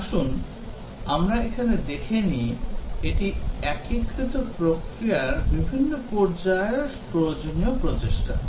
আসুন আমরা এখানে দেখে নিই এটি একীকৃত প্রক্রিয়ার বিভিন্ন পর্যায়ের প্রয়োজনীয় প্রচেষ্টা